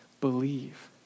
Believe